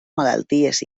malalties